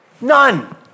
None